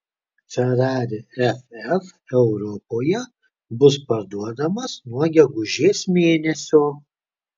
ferrari ff europoje bus parduodamas nuo gegužės mėnesio